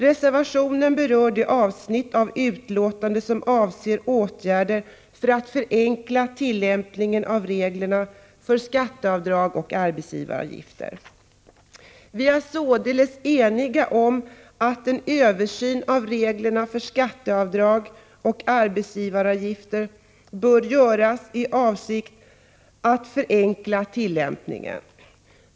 Reservationen berör det avsnitt av betänkandet som avser åtgärder för att förenkla tillämpningen av reglerna för skatteavdrag och arbetsgivaravgifter. Vi är således eniga om att en översyn av reglerna för skatteavdrag och arbetsgivaravgifter bör göras i avsikt att förenkla tillämpningen.